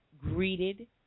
greeted